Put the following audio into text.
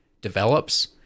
develops